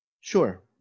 sure